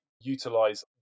utilize